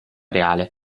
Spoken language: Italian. reale